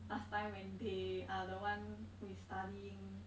last time when they are the one who is studying